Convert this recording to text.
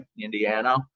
Indiana